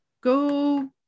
Go